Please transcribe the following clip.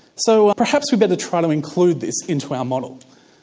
so ah perhaps we'd better try to include this into our model.